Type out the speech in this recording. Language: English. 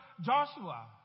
Joshua